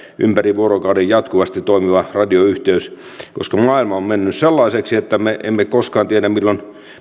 ympäri vuorokauden jatkuvasti toimiva radioyhteys koska maailma on mennyt sellaiseksi että me emme koskaan tiedä milloin